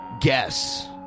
guess